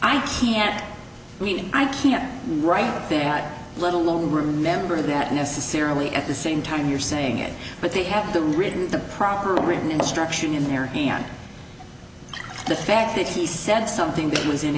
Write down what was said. i can't i mean i can't write that let alone remember that necessarily at the same time you're saying it but they have the written the proper written instruction in america and the fact that he said something that was in